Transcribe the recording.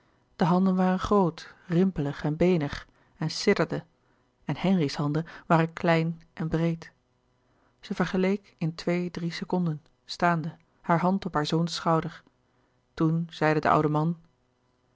de handen waren groot rimpelig en beenig en sidderden en henri's handen waren klein en breed zij vergeleek in twee drie seconden staande hare hand op haar zoons schouder toen zeide de oude man